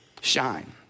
shine